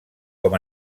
com